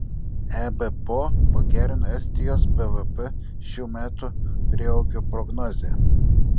ebpo pagerino estijos bvp šių metų prieaugio prognozę